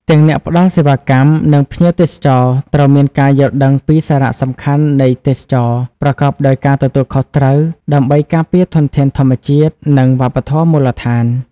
ទាំងអ្នកផ្ដល់សេវាកម្ម និងភ្ញៀវទេសចរត្រូវមានការយល់ដឹងពីសារៈសំខាន់នៃទេសចរណ៍ប្រកបដោយការទទួលខុសត្រូវដើម្បីការពារធនធានធម្មជាតិនិងវប្បធម៌មូលដ្ឋាន។